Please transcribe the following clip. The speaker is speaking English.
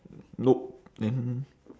nope then